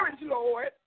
Lord